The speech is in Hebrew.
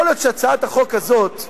יכול להיות שהצעת החוק הזאת,